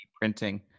printing